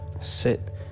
sit